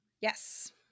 Yes